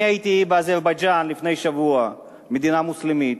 אני הייתי באזרבייג'אן לפני שבוע, מדינה מוסלמית.